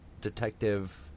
detective